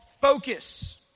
focus